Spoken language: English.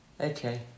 Okay